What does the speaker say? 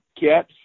get